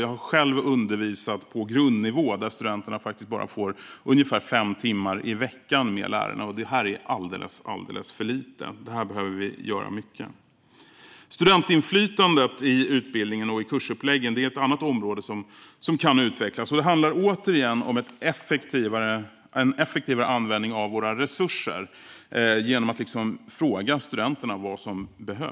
Jag har själv undervisat på grundnivå, där studenterna bara får ungefär fem timmar i veckan med lärarna. Det är alldeles, alldeles för lite. Här behöver vi göra mycket. Studentinflytandet i utbildningen och i kursuppläggen är ett annat område som kan utvecklas. Det handlar återigen om en effektivare användning av våra resurser genom att man frågar studenterna vad som behövs.